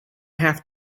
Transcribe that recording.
have